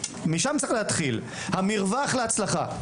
משם צריך להתחיל, המרווח להצלחה.